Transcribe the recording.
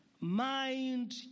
mind